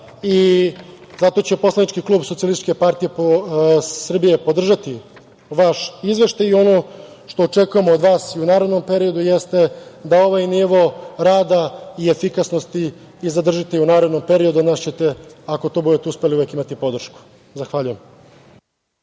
i zato će poslanički klub SPS podržati vaš izveštaj i ono što očekujemo od vas u narednom periodu jeste da ovaj nivo rada i efikasnosti zadržite i u narednom periodu. Od nas ćete, ako u tome budete uspeli, uvek imati podršku. Zahvaljujem.